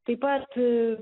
taip pat